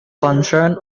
concern